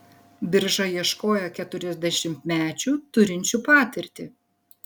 birža ieškojo keturiasdešimtmečių turinčių patirtį